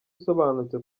usobanutse